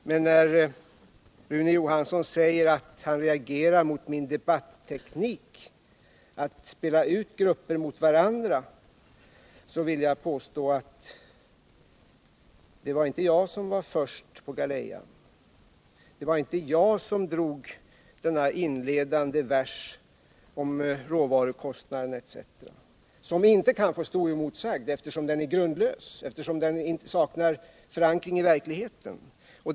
Men när Rune Johansson säger att han reagerar mot min debatteknik att spela ut grupper mot varandra, vill jag påstå att det inte var jag som var först på galejan. Det var inte jag som drog denna inledande vers om råvarukostnader etc., som inte kan få stå oemotsagd, eftersom den är grundlös och saknar förankring i verkligheten.